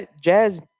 Jazz